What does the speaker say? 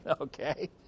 Okay